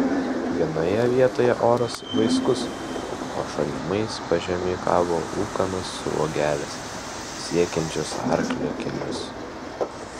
vienoje vietoje oras vaiskus o šalimais pažemiui kabo ūkanos sruogelės siekiančios arklio kelius